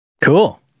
Cool